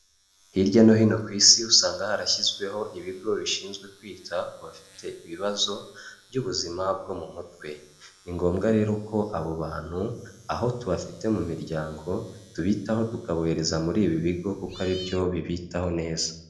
Hirya no hino ku isi usanga harashyizweho ibigo bishinzwe kwita ku bafite ibibazo by'ubuzima bwo mu mutwe, ni ngombwa rero ko abo bantu aho tubafite mu miryango tubitaho tukabohereza muri ibi bigo kuko ari byo bibitaho neza.